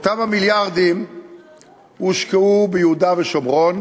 אותם המיליארדים הושקעו ביהודה ושומרון.